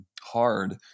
hard